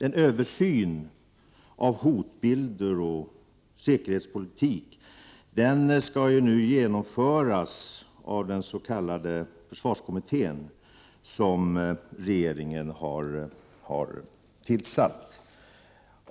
En översyn av hotbilder och säkerhetspolitik skall ju nu genomföras av den s.k. försvarskommittén, som regeringen har tillsatt.